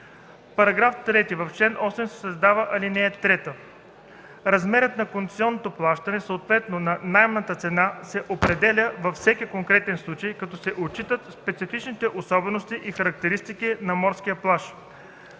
§ 3: „§ 3. В чл. 8 се създава ал. 3: „(3) Размерът на концесионното плащане, съответно на наемната цена се определя във всеки конкретен случай, като се отчитат специфичните особености и характеристики на морския плаж: